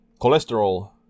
Cholesterol